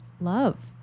love